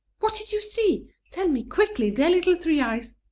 what did you see? tell me quickly, dear little three-eyes.